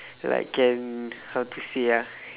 like can how to say ah